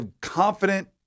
confident